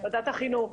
ועדת החינוך,